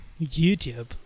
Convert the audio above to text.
YouTube